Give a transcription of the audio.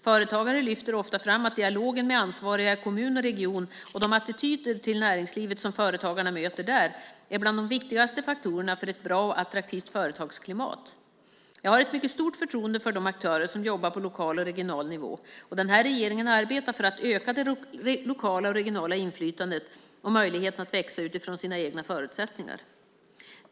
Företagare lyfter ofta fram att dialogen med ansvariga i kommun och region och de attityder till näringslivet som företagarna möter där är bland de viktigaste faktorerna för ett bra och attraktivt företagsklimat. Jag har ett mycket stort förtroende för de aktörer som jobbar på lokal och regional nivå. Regeringen arbetar för att öka det lokala och regionala inflytandet och möjligheten att växa utifrån de egna förutsättningarna.